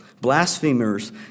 blasphemers